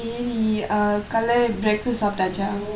eh நீ காலைல:nee kaalaila breakfast சாப்ட்டாச்சா:saaptaachaa